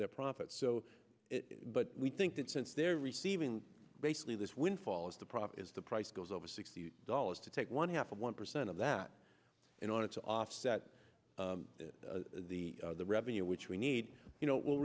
their profits so but we think that since they're receiving basically this windfall as the profit is the price goes over sixty dollars to take one half of one percent of that in order to offset the revenue which we need you know will